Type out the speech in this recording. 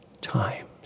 times